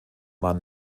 mann